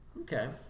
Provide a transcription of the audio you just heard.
Okay